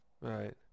Right